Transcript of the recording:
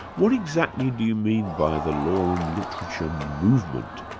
what exactly do you mean by the law and literature movement?